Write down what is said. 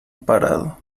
parado